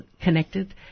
connected